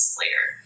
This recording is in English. later